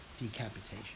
decapitation